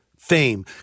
fame